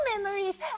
memories